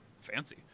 fancy